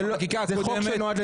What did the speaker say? תפקידה של